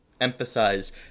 emphasize